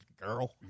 girl